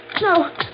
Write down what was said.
No